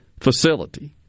facility